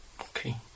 Okay